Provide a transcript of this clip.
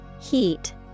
heat